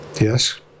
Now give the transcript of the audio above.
Yes